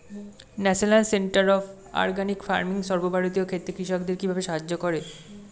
National centre of organic farming সর্বভারতীয় ক্ষেত্রে কৃষকদের কিভাবে সাহায্য করে?